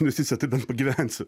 investicija tai bent pagyvensiu